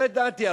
לא ידעתי.